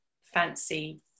fancy